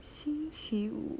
星期五